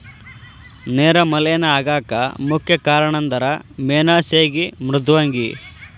ನೇರ ಮಲೇನಾ ಆಗಾಕ ಮುಖ್ಯ ಕಾರಣಂದರ ಮೇನಾ ಸೇಗಿ ಮೃದ್ವಂಗಿ